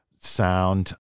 sound